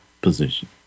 position